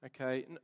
okay